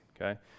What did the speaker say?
okay